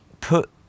put